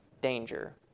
danger